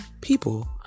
people